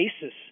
basis